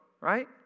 right